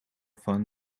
fun